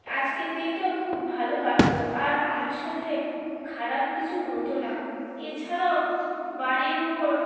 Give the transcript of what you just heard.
আজকের দিনটাও খুব ভালো কাটতো আর আমার সাথে খারাপ কিছু হতো না এছাড়াও বাড়ির উপর